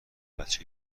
بچه